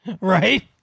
Right